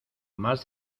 más